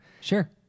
Sure